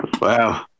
Wow